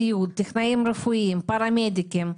עובדי סיעוד, טכנאים רפואיים, פרמדיקים,